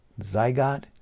Zygote